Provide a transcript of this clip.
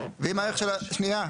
שנייה.